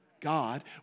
God